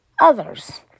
others